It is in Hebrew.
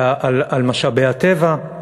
על משאבי הטבע,